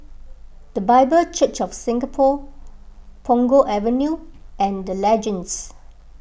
the Bible Church of Singapore Punggol Avenue and the Legends